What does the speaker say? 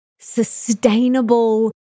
sustainable